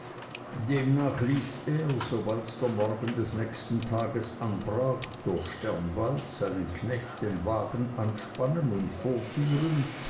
demnach ließ er sobald der morgen des nächsten tages anbrach durch sternbald seinen knecht den wagen anspannen und vorführen